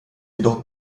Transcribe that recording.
jedoch